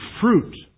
fruit